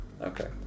Okay